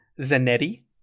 Zanetti